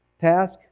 task